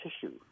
tissue